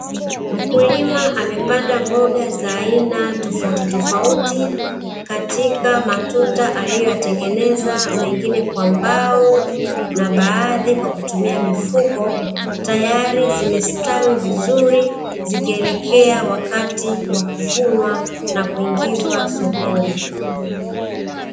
Mkulima amepanda mboga za aina tofautitofauti katika matuta, aliyoyatengeneza mengine kwa mbao na baadhi kwa kutumia mifuko, tayari zimestawi vizuri zikielekea wakati wa kuvunwa na kuingizwa sokoni.